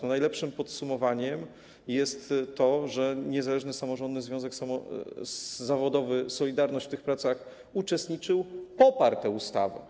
Najlepszym podsumowaniem jest to, że Niezależny Samorządny Związek Zawodowy „Solidarność” w tych pracach uczestniczył, poparł tę ustawę.